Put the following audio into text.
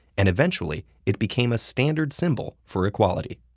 and eventually, it became a standard symbol for equality.